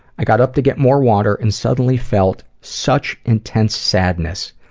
i got up to get more water and suddenly felt, such intense sadness.